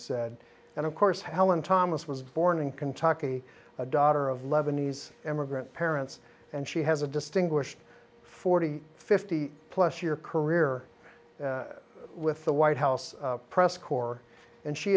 said and of course helen thomas was born in kentucky a daughter of lebanese immigrant parents and she has a distinguished forty fifty plus year career with the white house press corps and she